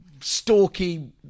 stalky